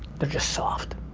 they're just soft.